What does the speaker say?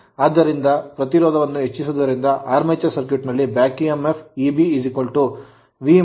ಆದ್ದರಿಂದ ಪ್ರತಿರೋಧವನ್ನು ಹೆಚ್ಚಿಸುವುದರಿಂದ armature circuit ಆರ್ಮೇಚರ್ ಸರ್ಕ್ಯೂಟ್ ನಲ್ಲಿ back emf back EMF Eb V IaRra ಎಂದರ್ಥ